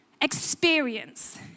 experience